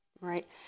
Right